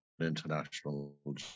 international